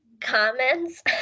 comments